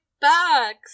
bags